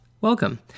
welcome